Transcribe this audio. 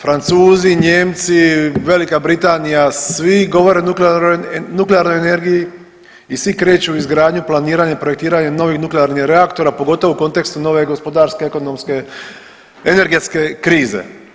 Francuzi, Nijemci, Velika Britanija svi govore o nuklearnoj energiji i svi kreću u izgradnju, planiranje, projektiranje novih nuklearnih reaktora, pogotovo u kontekstu nove gospodarske, ekonomske, energetske krize.